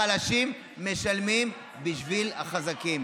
החלשים משלמים בשביל החזקים.